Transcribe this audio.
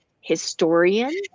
historian